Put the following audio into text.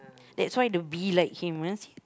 that's why the bee like him ah